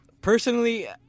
Personally